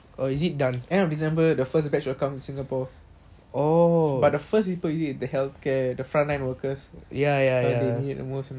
but the first people using will be the healthcare the front line workers they need the most